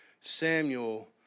Samuel